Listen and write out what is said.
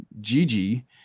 Gigi